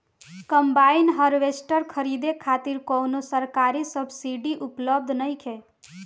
Combine harvester खरीदे खातिर कउनो सरकारी सब्सीडी उपलब्ध नइखे?